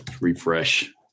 Refresh